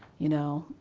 you know,